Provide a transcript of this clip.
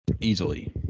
Easily